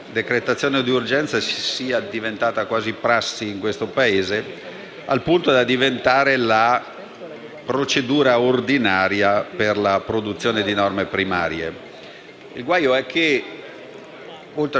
oltre a stravolgere tutto un sistema di pilastri normativi, essa opera il danno maggiore in una democrazia, cioè lo svuotamento del ruolo del Parlamento.